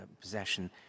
possession